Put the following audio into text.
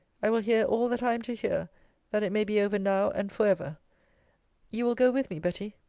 i will hear all that i am to hear that it may be over now and for ever you will go with me, betty?